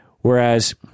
whereas